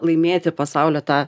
laimėti pasaulio tą